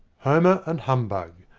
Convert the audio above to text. homer and humbug,